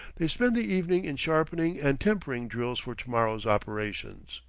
they spend the evening in sharpening and tempering drills for tomorrow's operations.